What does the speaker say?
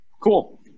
Cool